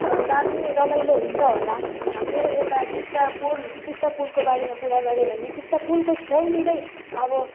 अब दामी रमाइलो हुन्छ होला मेरो यता टिस्टा पुल टिस्टा पुलको बारेमा कुरा गर्यो भने टिस्टा पुलको छेउनेर अब